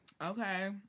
Okay